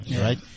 right